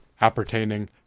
appertaining